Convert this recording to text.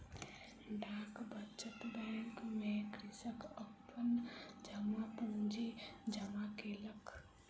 डाक बचत बैंक में कृषक अपन जमा पूंजी जमा केलक